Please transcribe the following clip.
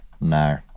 No